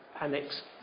Annex